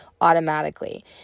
automatically